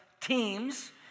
teams